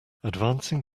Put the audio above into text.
advancing